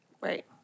Right